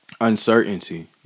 uncertainty